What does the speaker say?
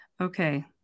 Okay